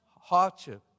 hardship